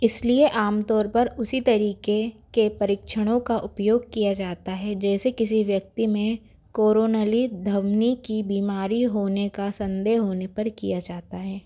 इसलिए आम तौर पर उसी तरीके के परीक्षणों का उपयोग किया जाता है जैसे किसी व्यक्ति में कोरोनरी धमनी की बीमारी होने का संदेह होने पर किया जाता है